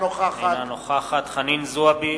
אינה נוכחת חנין זועבי,